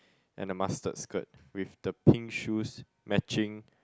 and the mustard skirt with the pink shoes matching